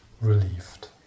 relieved